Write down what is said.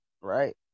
right